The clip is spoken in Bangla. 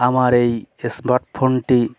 আমার এই স্মার্ট ফোনটি